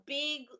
big